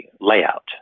layout